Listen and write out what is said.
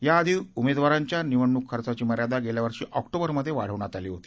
याआधी उमेदवारांच्या निवडणूक खर्चाची मर्यादा गेल्या वर्षी ऑक्टोबरमध्ये वाढवण्यात आली होती